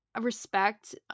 respect